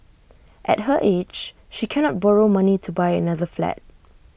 at her age she cannot borrow money to buy another flat